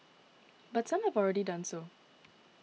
but some have already done so